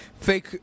Fake